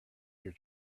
your